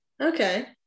Okay